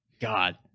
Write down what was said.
God